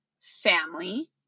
family